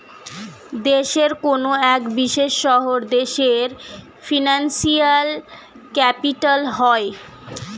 দেশের কোনো এক বিশেষ শহর দেশের ফিনান্সিয়াল ক্যাপিটাল হয়